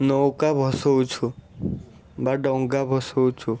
ନୌକା ଭସଉଛୁ ବା ଡଙ୍ଗା ଭସଉଛୁ